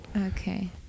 Okay